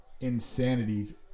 insanity